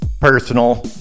personal